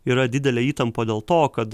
yra didelė įtampa dėl to kad